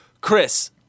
Chris